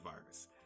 virus